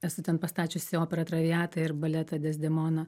esu ten pastačiusi operą traviata ir baletą dezdemona